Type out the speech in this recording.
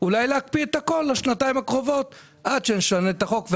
אולי להקפיא את הכול לשנתיים הקרובות עד שנשנה את החוק.